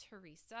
Teresa